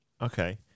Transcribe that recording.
Okay